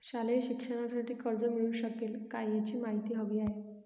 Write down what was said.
शालेय शिक्षणासाठी कर्ज मिळू शकेल काय? याची माहिती हवी आहे